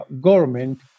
government